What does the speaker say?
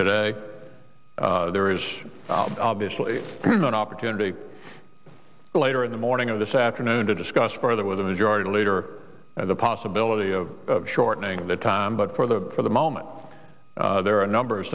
today there is obviously an opportunity later in the morning of this afternoon to discuss further with the majority leader of the possibility of shortening the time but for the for the moment there are a number of